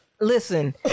Listen